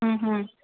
हं हं